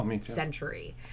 century